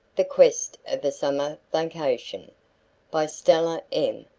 the quest of a summer vacation by stella m.